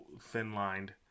thin-lined